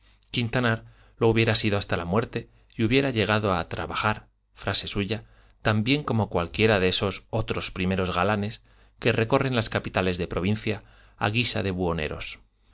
quintanar lo hubiera sido hasta la muerte y hubiera llegado a trabajar frase suya tan bien como cualquiera de esos otros primeros galanes que recorren las capitales de provincia a guisa de